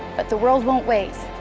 but the world won't wait,